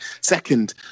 second